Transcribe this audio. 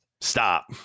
Stop